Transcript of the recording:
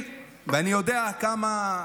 אני יודע כמה,